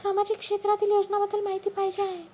सामाजिक क्षेत्रातील योजनाबद्दल माहिती पाहिजे आहे?